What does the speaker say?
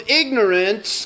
ignorance